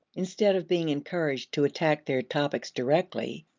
instead of being encouraged to attack their topics directly,